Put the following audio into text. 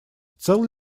цел